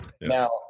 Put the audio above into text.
Now